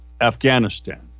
Afghanistan